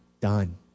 done